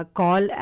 call